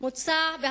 ויטפל בהם.